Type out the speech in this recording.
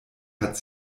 hat